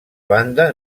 banda